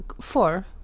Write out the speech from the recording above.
four